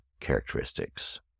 characteristics